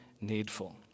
needful